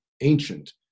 ancient